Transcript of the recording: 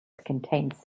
contains